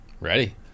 Ready